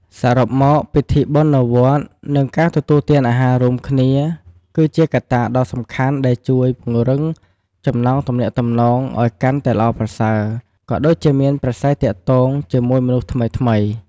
សរុបមក ពិធីបុណ្យនៅវត្ត និងការទទួលទានអាហាររួមគ្នា គឺជាកត្តាដ៏សំខាន់ដែលជួយ ពង្រឹងចំណងទំនាក់ទំនងឲ្យកាន់តែល្អប្រសើរ ក៏ដូចជាមានប្រាស្រ័យទាក់ទងជាមួយមនុស្សថ្មីៗ។